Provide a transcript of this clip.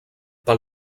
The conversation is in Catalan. pel